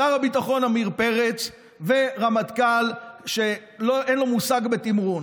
שר הביטחון עמיר פרץ ורמטכ"ל שאין לו מושג בתמרון.